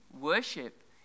Worship